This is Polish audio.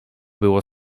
było